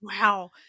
Wow